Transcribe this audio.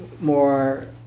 more